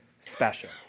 special